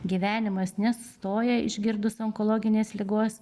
gyvenimas nesustoja išgirdus onkologinės ligos